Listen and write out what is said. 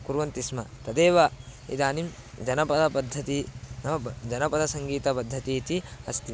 कुर्वन्ति स्म तदेव इदानीं जनपदपद्धती नाम जनपदसङ्गीतपद्धतीति अस्ति